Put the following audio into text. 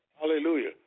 Hallelujah